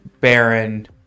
Baron